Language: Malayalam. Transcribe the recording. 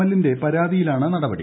എല്ലിന്റെ പരാതിയിലാണ് നടപടി